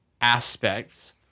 aspects